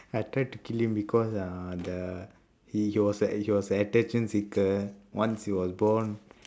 I tried to kill him because uh the he was a he was an attention seeker once he was born